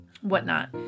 whatnot